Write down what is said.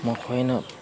ꯃꯈꯣꯏꯅ